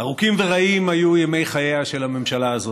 ארוכים ורעים היו ימי חייה של הממשלה הזאת.